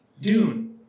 Dune